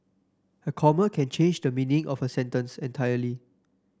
a comma can change the meaning of a sentence entirely